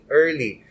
early